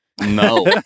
No